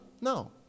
No